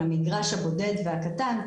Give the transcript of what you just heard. למגרש הבודד והקטן,